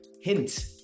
hint